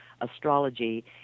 astrology